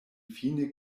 fine